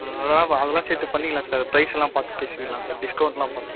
அதனால் வ அதலாம் சேர்த்து பண்ணிக்கலாம் சார் ப்ரைஸ்லாம் பார்த்து பேசிக்கலாம் சார் டிஸ்கௌன்ட்லாம் பண்றோம் சார்